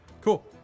cool